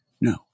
No